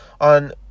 on